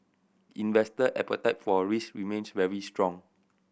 investor appetite for risk remains very strong